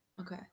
Okay